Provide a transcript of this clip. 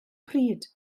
pryd